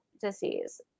disease